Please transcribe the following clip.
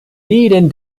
jeden